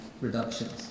reductions